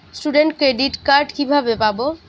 Student credit card কিভাবে পাব?